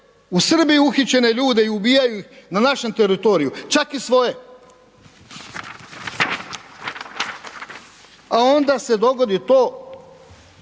u Srbiji uhićene ljude i ubijaju ih na našem teritoriju. Čak i svoje. A onda se dogodi to